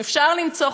אפשר למצוא פתרונות,